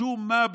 משום מה,